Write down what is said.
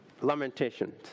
lamentations